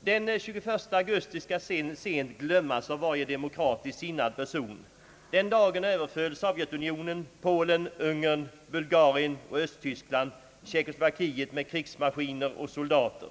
Den 21 augusti skall sent glömmas av varje demokratiskt sinnad person. Sovjetunionen, Polen, Ungern, Bulgarien och Östtyskland överföll den dagen Tjeckoslovakien med krigsmaskiner och soldater.